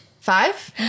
five